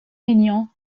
maignan